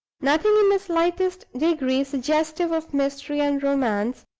nothing in the slightest degree suggestive of mystery and romance,